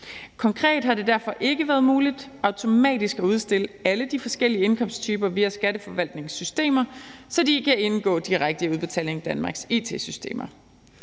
Konkret har det derfor ikke været muligt automatisk at udskille alle de forskellige indkomsttyper via Skatteforvaltningen systemer, så de kan indgå direkte i Udbetaling Danmarks it-systemer.